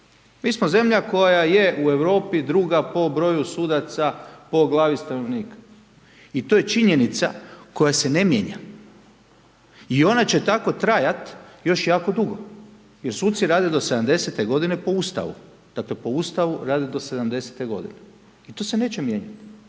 Mi smo zemlja koja je u Europi druga po broju sudaca, po glavi stanovnika i to je činjenica koja se ne mijenja i ona će tako trajati još jako dugo, jer suci rade do 70 g. po Ustavu, dakle, po Ustavu rade do 70 g. To se neće mijenjati